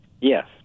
Yes